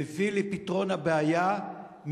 מביא לפתרון הבעיה,